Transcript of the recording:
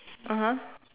(uh huh)